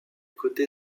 côté